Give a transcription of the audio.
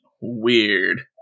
Weird